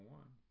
one